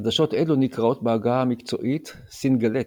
עדשות אלו נקראות בעגה המקצועית סינגלט,.